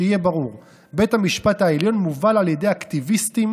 שיהיה ברור: בית המשפט העליון מובל על ידי אקטיביסטים